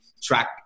track